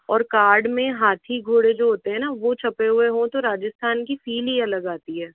और कार्ड में हाथी घोड़े जो होते हैं न वह छपे हुए हो तो राजस्थान की फील ही अलग आती है